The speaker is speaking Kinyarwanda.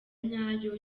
nyayo